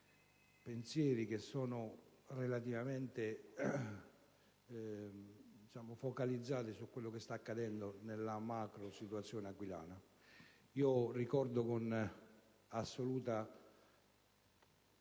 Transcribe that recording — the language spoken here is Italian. pensieri che sono relativamente focalizzati su quello che sta accadendo nella macrosituazione aquilana. Ricordo con assoluta